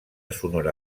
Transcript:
sonora